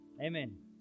Amen